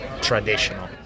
traditional